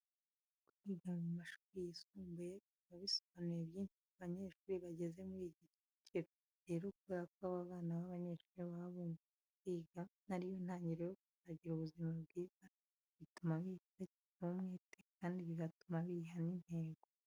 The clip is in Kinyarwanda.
Kwiga mu mashuri yisumbuye biba bisobanuye byinshi ku banyeshuri bageze muri iki cyiciro. Rero kubera ko aba bana b'abanyeshuri baba bumva ko kwiga ari yo ntangiriro yo kuzagira ubuzima bwiza, bituma biga bashyizeho umwete kandi bigatuma biha n'intego.